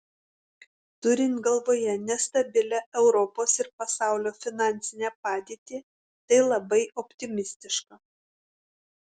turint galvoje nestabilią europos ir pasaulio finansinę padėtį tai labai optimistiška